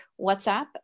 WhatsApp